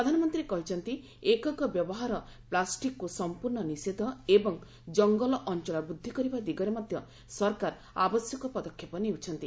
ପ୍ରଧାନମନ୍ତ୍ରୀ କହିଛନ୍ତି ଏକକ ବ୍ୟବହାର ପ୍ରାଷ୍ଟିକ୍କ୍ ସମ୍ପର୍ଶ୍ଣ ନିଷେଧ ଏବଂ ଜଙ୍ଗଲ ଅଞ୍ଚଳ ବୃଦ୍ଧି କରିବା ଦିଗରେ ମଧ୍ୟ ସରକାର ଆବଶ୍ୟକ ପଦକ୍ଷେପ ନେଉଛନ୍ତି